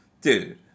Dude